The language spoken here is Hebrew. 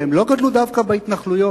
והם לא גדלו דווקא בהתנחלויות,